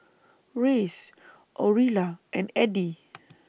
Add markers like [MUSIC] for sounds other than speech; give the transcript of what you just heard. Reyes Aurilla and Addie [NOISE]